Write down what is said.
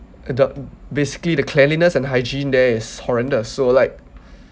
uh the basically the cleanliness and hygiene there is horrendous so like